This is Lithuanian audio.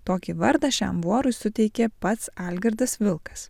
tokį vardą šiam vorui suteikė pats algirdas vilkas